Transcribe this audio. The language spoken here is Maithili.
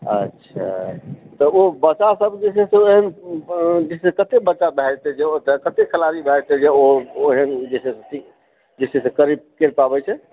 अच्छा तऽ ओ बच्चा सब जे छै से ओहन जे छै से कते बच्चा भए जेतै कते खिलाड़ी भए जेतै जे ओ एहन जे करैत सिखाबै छै